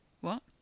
What